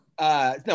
no